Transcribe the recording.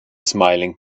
smiling